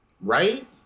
right